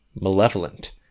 malevolent